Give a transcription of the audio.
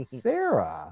Sarah